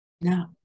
No